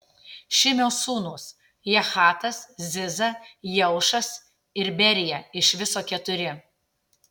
šimio sūnūs jahatas ziza jeušas ir berija iš viso keturi